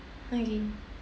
okay